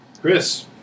Chris